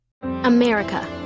America